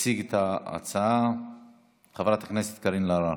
תציג את ההצעה חברת הכנסת קארין אלהרר.